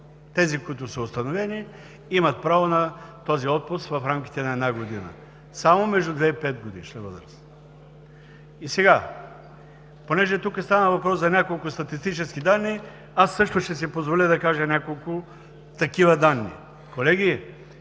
тези, които са установени, имат право на този отпуск в рамките на една година, само между 2 и 5-годишна възраст. Понеже тук стана въпрос за някои статистически данни, също ще си позволя да кажа няколко такива данни. Колеги,